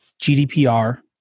GDPR